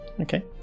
Okay